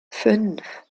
fünf